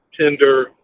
tender